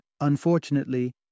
unfortunately